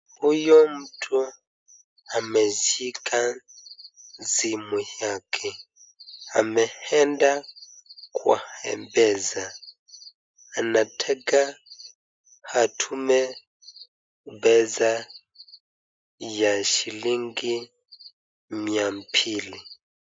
Huyu mtu ameshika simu yake, ameenda kwa M-PESA na anataka atume pesa ya shilingi mia mbili.